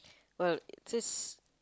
well it is